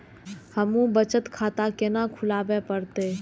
हमू बचत खाता केना खुलाबे परतें?